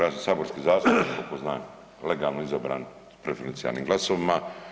Ja sam saborski zastupnik koliko znam legalno izabran preferencijalnim glasovima.